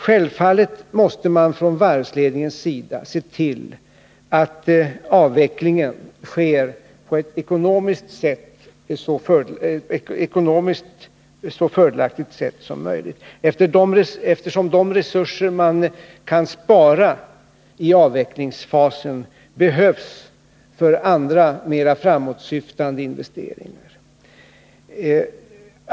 Självfallet måste man från varvsledningens sida se till att avvecklingen sker på ett ekonomiskt så fördelaktigt sätt som möjligt, eftersom de resurser man kan spara i avvecklingsfasen behövs för andra, mera framåtsyftande investeringar.